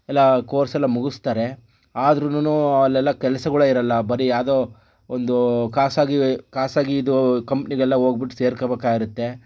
ಎಲ್ಲ ಕೋರ್ಸೆಲ್ಲ ಮುಗಿಸ್ತಾರೆ ಆದ್ರೂನು ಅಲ್ಲೆಲ್ಲ ಕೆಲಸಗಳೇ ಇರಲ್ಲ ಬರಿ ಯಾವುದೋ ಒಂದು ಖಾಸಗಿ ಖಾಸಗಿ ಇದು ಕಂಪ್ನಿಗೆಲ್ಲ ಹೋಗಿಬಿಟ್ಟು ಸೇರ್ಕೋಬೇಕಾಗಿರತ್ತೆ